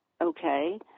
okay